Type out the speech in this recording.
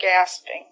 gasping